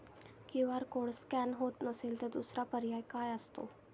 QR code scan होत नसेल तर दुसरा पर्याय काय असतो?